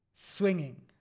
swinging